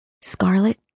Scarlet